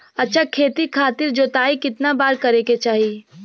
अच्छा खेती खातिर जोताई कितना बार करे के चाही?